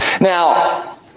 now